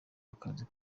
akazi